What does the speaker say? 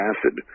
Acid